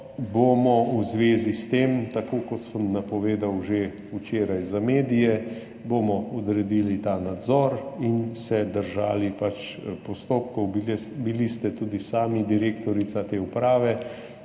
bomo v zvezi s tem, tako kot sem napovedal že včeraj za medije, odredili nadzor in se držali postopkov. Bili ste tudi sami direktorica te uprave,